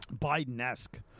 Biden-esque